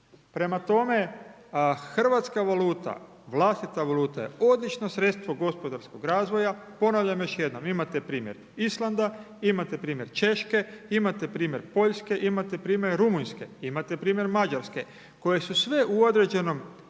Prema tome, Hrvatska valuta, vlastita valuta je odlično sredstvo gospodarskog razvoja. Ponavljam još jednom imate primjer Islanda, imate primjer Češke, imate primjer Poljske, imate primjer Rumunjske, imate primjer Mađarske, koje su sve u određenom